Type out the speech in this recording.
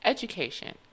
Education